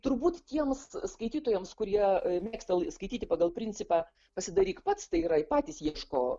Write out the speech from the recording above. turbūt tiems skaitytojams kurie mėgsta skaityti pagal principą pasidaryk pats tai yra patys ieško